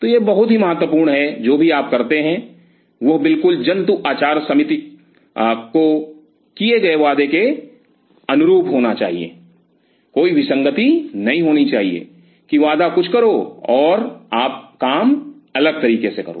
तो यह बात बहुत ही महत्वपूर्ण है और जो भी आप करते हैं वह बिल्कुल जंतु आचार समिति को किए गए वादे के अनुरूप होना चाहिए कोई विसंगति नहीं होनी चाहिए कि वादा कुछ करो और आप काम अलग तरीके से करो